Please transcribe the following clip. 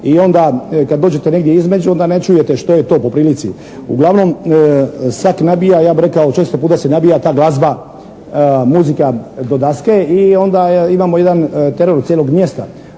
i kad dođete negdje između onda ne čujete što je to po prilici. Uglavnom svak nabija ja bih rekao često puta se nabija ta glazba, muzika do daske i onda imamo jedan teror cijelog mjesta,